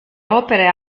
opere